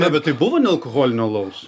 ne bet tai buvo nealkoholinio alaus